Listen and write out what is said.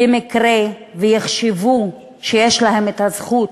במקרה שיחשבו שיש להם זכות